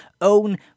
own